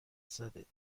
زدید